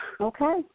Okay